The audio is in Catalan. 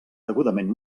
degudament